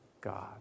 God